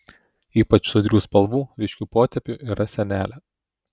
ypač sodrių spalvų ryškių potėpių yra senelė